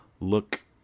look